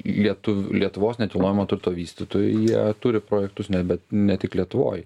lietuvių lietuvos nekilnojamo turto vystytojai jie turi projektus ne bet ne tik lietuvoj